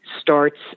starts